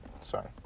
sorry